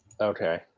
Okay